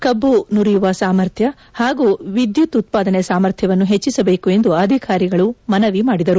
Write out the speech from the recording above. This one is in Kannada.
ಕಬ್ಬು ನುರಿಯುವ ಸಾಮರ್ಥ್ಯ ಹಾಗೂ ವಿದ್ಯುತ್ ಉತ್ಪಾದನೆ ಸಾಮರ್ಥ್ಯವನ್ನು ಹೆಚ್ಚಿಸಬೇಕು ಎಂದು ಅಧಿಕಾರಿಗಳು ಮನವಿ ಮಾಡಿದರು